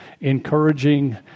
encouraging